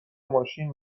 ماشین